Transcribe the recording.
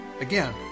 Again